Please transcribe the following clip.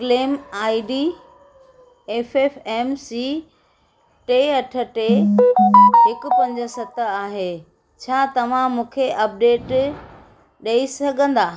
claim I D F F M C टे अठ टे हिकु पंज सत आहे छा तव्हां मूंखे अपडेट ॾई सघंदा